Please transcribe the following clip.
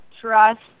trust